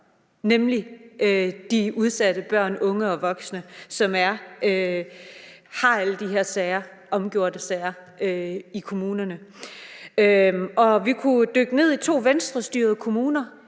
nemlig de udsatte børn, unge og voksne, som har alle de her omgjorte sager i kommunerne. Vi kunne jo dykke ned i to Venstrestyrede kommuner,